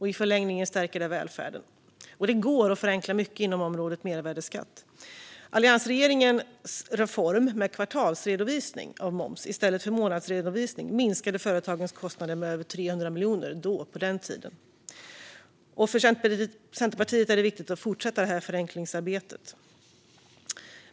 I förlängningen stärker det välfärden. Det går att förenkla mycket inom området för mervärdesskatt. Alliansregeringens reform med kvartalsredovisning av moms i stället för månadsredovisning minskade på den tiden företagens kostnader med över 300 miljoner kronor. För Centerpartiet är det viktigt att fortsätta detta förenklingsarbete.